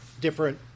different